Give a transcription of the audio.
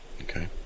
Okay